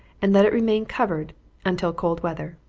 and let it remain covered until cold weather.